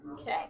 Okay